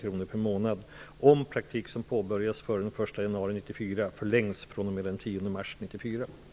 Oklarheten gäller de fall då en praktikant påbörjat sin första sexmånadersperiod före den 1 januari 1994 och sedan övergår till en fortsatt praktik hos samma arbetsgivare.